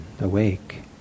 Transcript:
awake